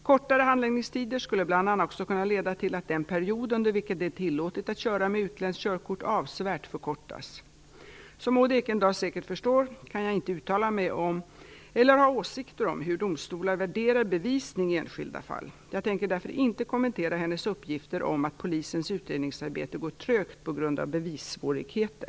Kortare handläggningstider skulle bl.a. också kunna leda till att den period under vilken det är tillåtet att köra med utländskt körkort avsevärt förkortas. Som Maud Ekendahl säkert förstår kan jag inte uttala mig om eller ha åsikter om hur domstolar värderar bevisning i enskilda fall. Jag tänker därför inte kommentera hennes uppgifter om att polisens utredningsarbete går trögt på grund av bevissvårigheter.